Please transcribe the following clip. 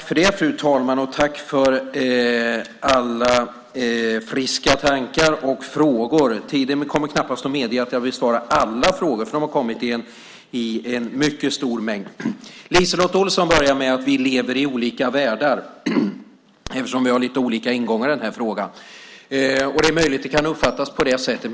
Fru talman! Tack för alla friska tankar och frågor! Tiden kommer knappast att medge att jag besvarar alla frågor, för de har kommit i en mycket stor mängd. LiseLotte Olsson börjar med att säga att vi lever i olika världar, eftersom vi har lite olika ingångar i den här frågan. Det är möjligt att det kan uppfattas på det sättet.